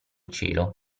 cielo